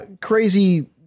crazy